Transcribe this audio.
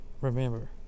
Remember